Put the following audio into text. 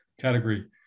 category